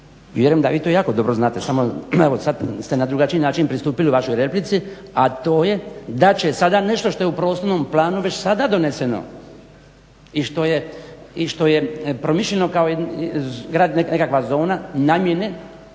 Vjerujem da vi to jako dobro znate samo sad ste na drugačiji način pristupili vašoj replici a to je da će sada nešto što je u prostornom planu već sada doneseno i što je promišljeno kao grad, nekakva zona namjene